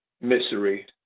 misery